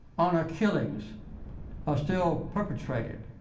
honor killings are still perpetrated